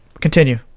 continue